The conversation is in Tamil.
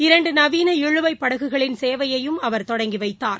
இரண்டுநவீன இழுவைப் படகுகளின் சேவையையும் அவர் தொடங்கிவைத்தார்